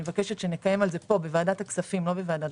אני מבקשת שנקיים על זה פה לא בוועדת